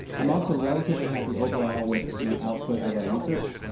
i'm also relatively happy overall with the output of our research.